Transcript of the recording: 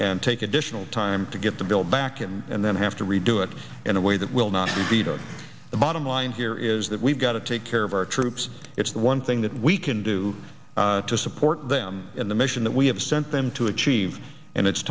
and take additional time to get the bill back and then have to redo it in a way that will not be to the in line here is that we've got to take care of our troops it's the one thing that we can do to support them in the mission that we have sent them to achieve and it's